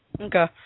Okay